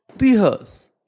rehearse